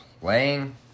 playing